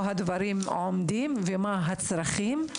הדברים עומדים בתוך המשרדים ומהם הצרכים,